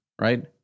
Right